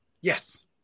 Yes